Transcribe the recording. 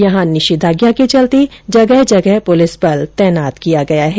यहां निषेधाज्ञा के चलते जगह जगह पुलिस बल तैनात किया गया है